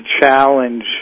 challenge